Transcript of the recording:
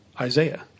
Isaiah